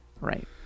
Right